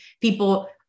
people